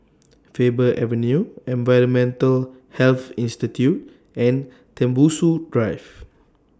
Faber Avenue Environmental Health Institute and Tembusu Drive